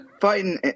fighting